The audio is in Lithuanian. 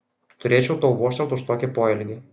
turėčiau tau vožtelt už tokį poelgį